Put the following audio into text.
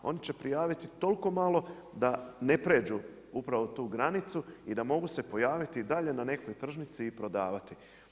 Oni će prijaviti toliko malo da ne pređu upravo tu granicu i da mogu se pojaviti i dalje na nekoj tržnici i prodavati.